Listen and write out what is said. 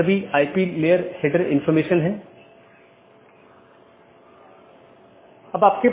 इसलिए समय समय पर जीवित संदेश भेजे जाते हैं ताकि अन्य सत्रों की स्थिति की निगरानी कर सके